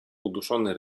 uduszony